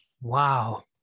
Wow